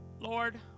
Lord